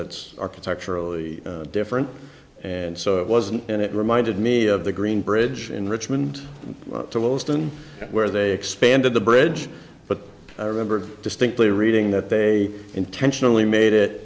that's architecturally different and so it wasn't and it reminded me of the green bridge in richmond to wilson where they expanded the bridge but i remember distinctly reading that they intentionally made it